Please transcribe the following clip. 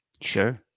Sure